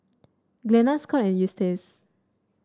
Glenna Scot and Eustace